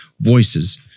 voices